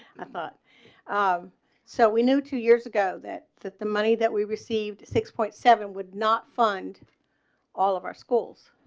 i thought um so we know two years ago that that the money that we received six point seven would not fund all of our schools.